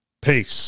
Peace